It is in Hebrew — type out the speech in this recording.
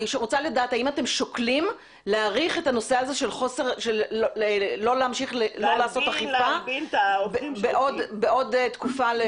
אני רוצה לדעת האם אתם שוקלים להאריך ולא לעשות אכיפה בעוד תקופה,